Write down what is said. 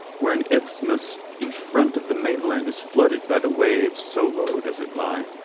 where an isthmus in front of the mainland is flooded by the waves, so low does it lie.